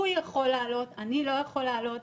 הוא יכול לעלות ואני לא יכול לעלות.